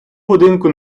будинку